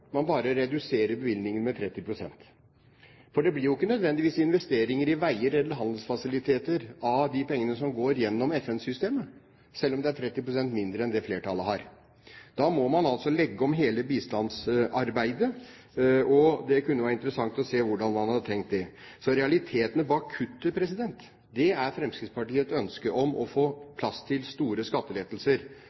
man bare reduserer bevilgningene med 30 pst. Det blir ikke nødvendigvis investeringer i veier eller handelsfasiliteter av de pengene som går gjennom FN-systemet, selv om det er 30 pst. mindre enn det flertallet har. Da må man legge om hele bistandsarbeidet. Det kunne være interessant å se hvordan man har tenkt å gjøre det. Så realitetene bak kuttet til Fremskrittspartiet er et ønske om å få plass til store skattelettelser